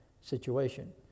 situation